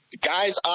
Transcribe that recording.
guys